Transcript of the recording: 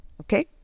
Okay